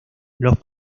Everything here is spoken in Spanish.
los